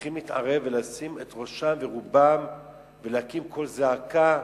צריכים להתערב ולשים את ראשם ורובם ולהקים קול זעקה,